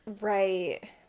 Right